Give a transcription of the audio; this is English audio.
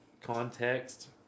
Context